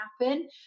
happen